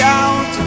out